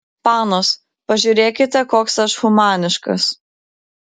panos pažiūrėkite koks aš humaniškas